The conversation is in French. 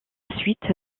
suite